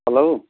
hello